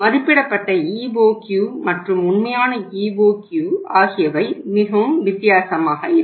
மதிப்பிடப்பட்ட EOQ மற்றும் உண்மையான EOQ ஆகியவை மிகவும் வித்தியாசமாக இருக்கும்